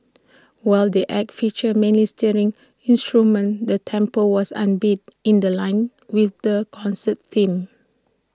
while the act featured mainly string instruments the tempo was upbeat in The Line with the concert theme